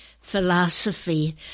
philosophy